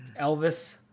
Elvis